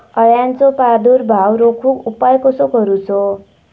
अळ्यांचो प्रादुर्भाव रोखुक उपाय कसो करूचो?